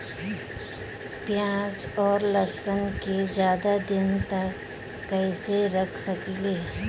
प्याज और लहसुन के ज्यादा दिन तक कइसे रख सकिले?